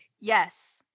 yes